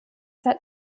hat